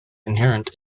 inherent